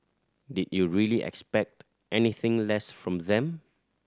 did you really expect anything less from them